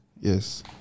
Yes